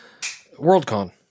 Worldcon